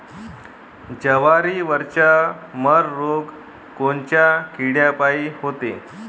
जवारीवरचा मर रोग कोनच्या किड्यापायी होते?